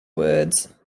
words